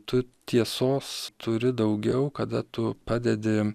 tu tiesos turi daugiau kada tu padedi